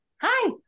hi